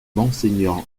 monseigneur